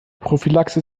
prophylaxe